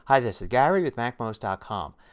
hi this is gary with macmost ah com.